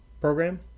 program